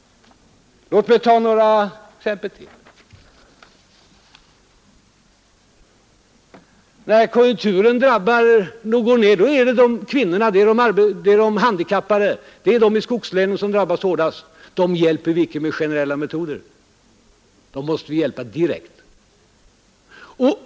Låt mig ta några exempel till. När konjunkturen går ned är det kvinnorna, de handikappade och befolkningen i skogslänen som drabbas hårdast. Dem hjälper vi inte med generella metoder. Dem måste vi hjälpa direkt.